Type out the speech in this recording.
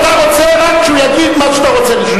אתה רוצה שהוא יגיד רק מה שאתה רוצה לשמוע.